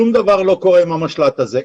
שום דבר לא קורה עם המשל"ט הזה.